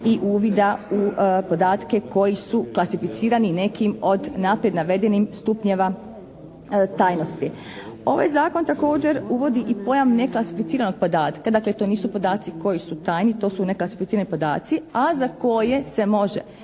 i uvida u podatke koji su klasificirani nekim od napred navedenim stupnjeva tajnosti. Ovaj Zakon također uvodi i pojam neklasificiranog podatka. Dakle, to nisu podaci koji su tajni, to su neklasificirani podaci, a za koje se može,